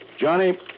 Johnny